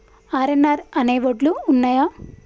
RNR అనే వడ్లు ఉన్నయా?